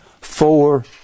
four